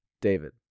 david